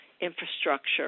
infrastructure